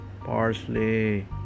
parsley